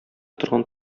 торган